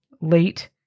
late